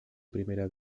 primera